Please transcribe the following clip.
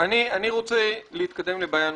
אני רוצה להתקדם לבעיה נוספת.